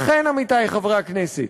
לכן, עמיתי חברי הכנסת,